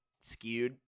skewed